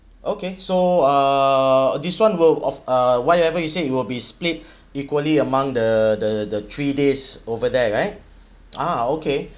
okay so uh this one will of uh whatever you say you will be split equally among the the the three days over there right ah okay